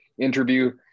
interview